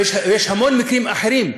יש המון מקרים אחרים.